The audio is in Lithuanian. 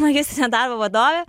magistrinio darbo vadovė